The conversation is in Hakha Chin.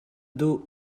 duh